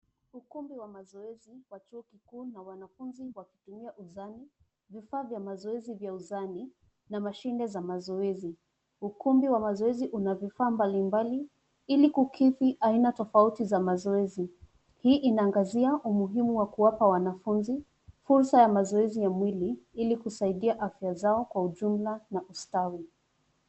Ukumbi wa mazoezi wa chuo kikuu na wanafunzi wakitumia uzani, vifaa vya mazoezi vya uzani na mashine za mazoezi. Ukumbi wa mazoezi una vifaa mbalimbali ili kukidhi aina tofauti za mazoezi. Hii inaangazia umuhimu wa kuwapa wanafunzi fursa ya mazoezi ya mwili ili kusaidia afya zao kwa ujumla na ustawi.